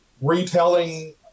retelling